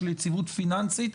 של יציבות פיננסית.